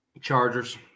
Chargers